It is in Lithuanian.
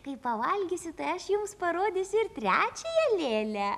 kai pavalgysiu tai aš jums parodysiu ir trečiąją lėlę